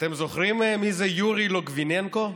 אתם זוכרים מי זה יורי לוגביננקו?